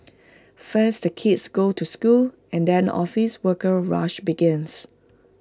first the kids go to school and then office worker rush begins